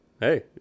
Hey